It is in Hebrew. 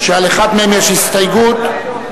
ולאחד מהם יש הסתייגות.